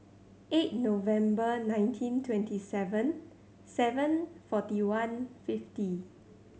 eight November nineteen twenty seven seven forty one fifty